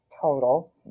total